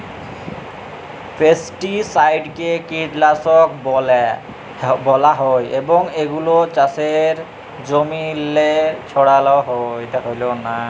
পেস্টিসাইডকে কীটলাসক ব্যলা হ্যয় এবং এগুলা চাষের জমিল্লে ছড়াল হ্যয়